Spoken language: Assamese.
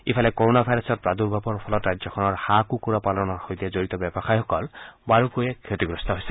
ইফালে কৰোণা ভাইৰাছৰ প্ৰাদূৰ্ভাৱৰ ফলত ৰাজ্যখনৰ হাঁহ কুকুৰা পালনৰ সৈতে জড়িত ব্যৱসায়ীসকল বাৰুকৈয়ে ক্ষতিগ্ৰস্ত হৈছে